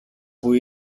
που